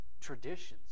traditions